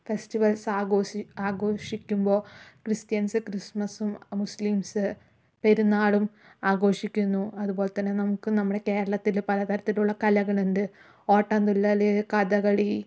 festivals ആഗോസി ആഘോഷിക്കുമ്പോൾ Christians ക്രിസ്മസും മുസ്ലിംസ് പെരുന്നാളും ആഘോഷിക്കുന്നു അതുപോലെ തന്നെ നമുക്ക് നമ്മുടെ കേരളത്തിൽ പല തരത്തിലുള്ള കലകളുണ്ട് ഓട്ടം തുള്ളൽ കഥകളി